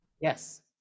yes